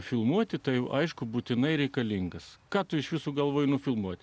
filmuoti tai aišku būtinai reikalingas ką tu iš viso galvoje nufilmuoti